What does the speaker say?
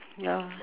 ya